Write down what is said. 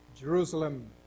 Jerusalem